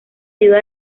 ayuda